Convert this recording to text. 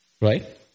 Right